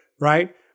Right